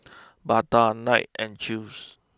Bata Knight and Chew's